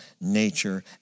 nature